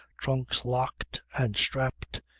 trunks locked and strapped,